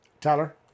Tyler